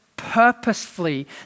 purposefully